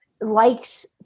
likes